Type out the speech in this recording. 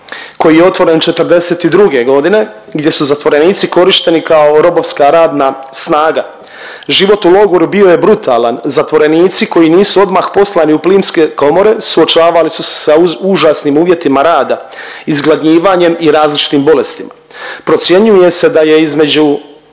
koji je otvoren '42. godine gdje su zatvorenici korišteni kao robovska radna snaga. Život u logoru bio je brutalan. Zatvorenici koji nisu odmah poslani u plinske komore suočavali su se sa užasnim uvjetima rada, izgladnjivanjem i različitim bolestima. Procjenjuje se da je između